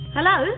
Hello